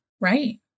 Right